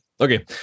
Okay